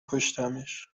کشتمش